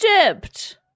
Egypt